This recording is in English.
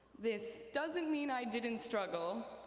this doesn't mean i didn't struggle.